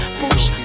push